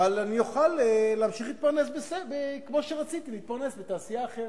אבל אוכל להמשיך להתפרנס כמו שרציתי להתפרנס בתעשייה אחרת.